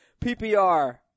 PPR